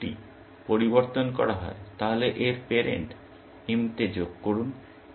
যদি নোডটি পরিবর্তন করা হয় তাহলে এর প্যারেন্ট m তে যোগ করুন